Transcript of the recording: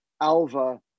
Alva